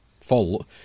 fault